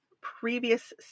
previous